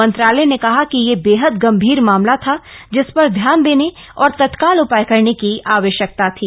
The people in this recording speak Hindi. मंत्रालय ने कहा कि यह बेहद गंभीर मामला था जिस पर ध्यान देने और तत्काल उपाय करने की आवश्यकता थी